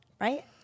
right